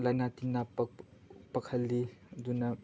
ꯂꯥꯏꯅꯥ ꯇꯤꯟꯅ ꯄꯛꯍꯜꯂꯤ ꯑꯗꯨꯅ